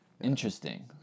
interesting